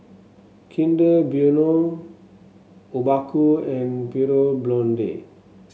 Kinder Bueno Obaku and Pure Blonde